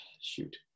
shoot